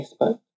Facebook